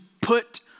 put